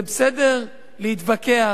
זה בסדר להתווכח,